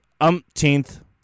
umpteenth